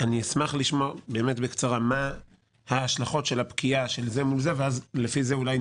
אשמח לשמוע בקצרה מה ההשלכות של הפקיעה, ונקבע